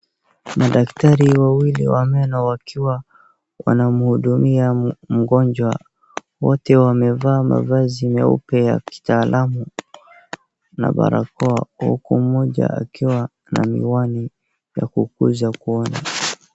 Kuna daktari wawili wa meno wakiwa wanamhudumia mgonjwa. Wote wamevaa mavazi meupe ya kitaalamu na barakoa huku mmoja akiwa na miwani ya kukuza kuona.